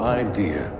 idea